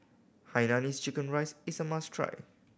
hainanese chicken rice is a must try